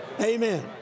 Amen